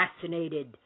fascinated